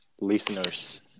listeners